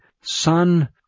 Son